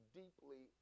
deeply